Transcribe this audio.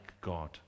God